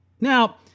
Now